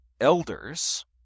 elders